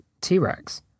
T-Rex